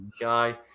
guy